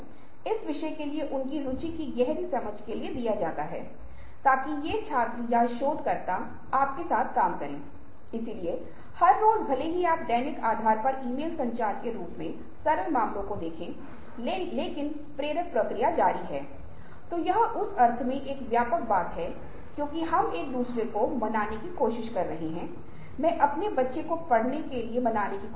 आप एक वास्तविक व्यक्ति के साथ दोस्ती नहीं कर सकते हैं और जब आप बात करते हैं तो आप केवल अपने दृष्टिकोण को ध्यान में रखते हैं दूसरों के बारे में विचार नहीं करते हैं